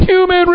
Human